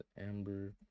Amber